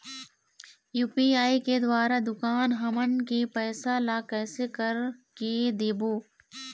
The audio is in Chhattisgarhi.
यू.पी.आई के द्वारा दुकान हमन के पैसा ला कैसे कर के देबो?